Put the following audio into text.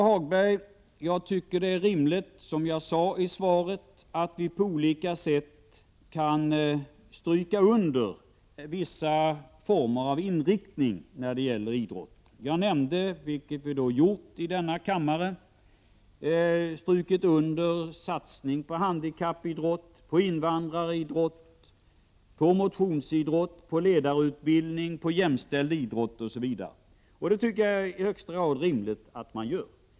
Herr talman! Det är rimligt, Lars-Ove Hagberg, att vi på olika sätt kan understryka vissa former av inriktning när det gäller idrotten, som jag sade i svaret. Jag nämnde vad vi har gjort i denna kammare. Vi har understrukit satsningen på handikappidrott, på invandraridrott, på motionsidrott, på ledarutbildning och på jämställd idrott osv. Och det är i högsta grad rimligt att göra så.